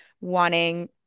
wanting